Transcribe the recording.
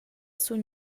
sun